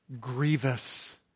grievous